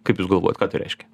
kaip jūs galvojat ką tai reiškia